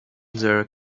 their